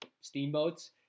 steamboats